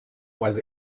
was